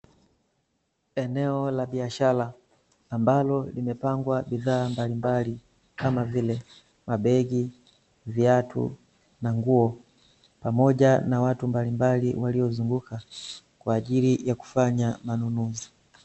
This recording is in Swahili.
Eneo la biashara ambalo limepangwa bidhaa mbalimbali, kama vile mabegi, viatu , na nguo, pamoja na watu mbalimbali waliozunguka kwaajili ya kufanya manunuzi.